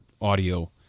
audio